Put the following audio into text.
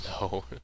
No